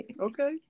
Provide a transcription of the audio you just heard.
Okay